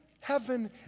heaven